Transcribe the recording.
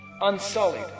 unsullied